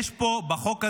יש פה, בחוק הזה,